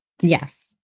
yes